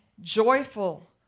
joyful